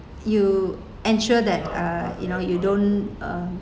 you ensure that uh you know you don't um